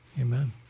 Amen